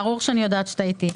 ברור שאני יודעת שאתה איתי.